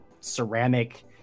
ceramic